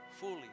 fully